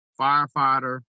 firefighter